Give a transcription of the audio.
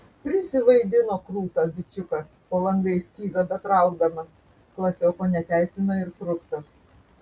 prisivaidino krūtą bičiukas po langais cyzą betraukdamas klasioko neteisina ir fruktas